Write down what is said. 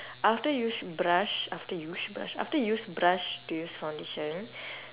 after use brush after use brush after use brush to use foundation